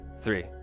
three